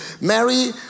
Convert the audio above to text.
Mary